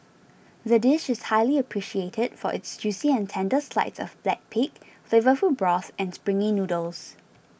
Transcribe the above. the dish is highly appreciated for its juicy and tender slides of black pig flavourful broth and springy noodles